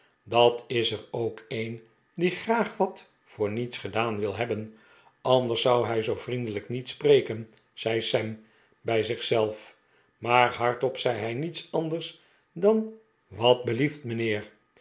dat is er ook een die graag wat voor niets gedaan wil hebben anders zou hij zoo vriendelijk niet spreken zei sam bij zich zelf maar hardop zei hij niets anders dan wat belief t mijnheer